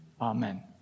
Amen